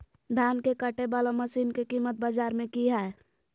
धान के कटे बाला मसीन के कीमत बाजार में की हाय?